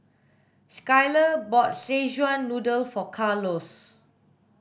Skyler bought szechuan noodle for Carlos